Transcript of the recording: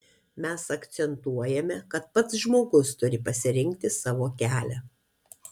mes akcentuojame kad pats žmogus turi pasirinkti savo kelią